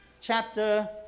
chapter